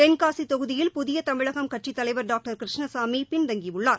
தென்காசி தொகுதியில் புதிய தமிழகம் கட்சி தலைவர் டாக்டர் கிருஷ்ணசாமி பின்தங்கியுள்ளார்